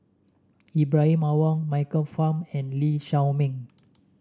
Ibrahim Awang Michael Fam and Lee Shao Meng